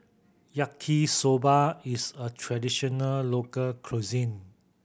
Yaki Soba is a traditional local cuisine